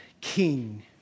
king